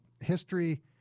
history